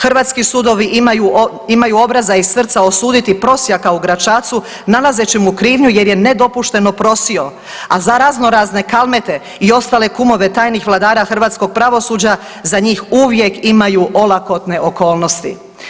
Hrvatski sudovi imaju obraza i srca osuditi prosjaka u Gračacu nalazeći mu krivnju jer je nedopušteno prosio, a za razno razne Kalmete i ostale kumove tajnih vladara hrvatskog pravosuđa za njih uvijek imaju olakotne okolnosti.